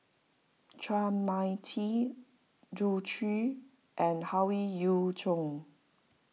Chua Mia Tee Zhu Xu and Howe Yoon Chong